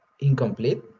incomplete